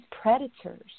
predators